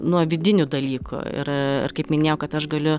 nuo vidinių dalykų ir ir kaip minėjau kad aš galiu